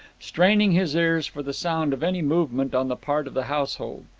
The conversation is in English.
straining his ears for the sound of any movement on the part of the household.